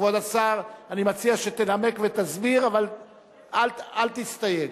כבוד השר, אני מציע שתנמק ותסביר, אבל אל תסתייג.